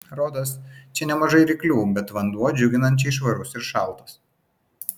rodos čia nemažai ryklių bet vanduo džiuginančiai švarus ir šaltas